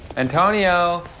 antonio.